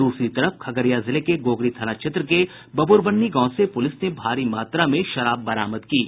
दूसरी तरफ खगड़िया जिले के गोगरी थाना क्षेत्र के बबूरबन्नी गांव से पुलिस ने भारी मात्रा में विदेशी शराब बरामद की है